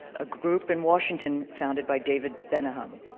a group in washington founded by david bennahum.